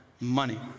money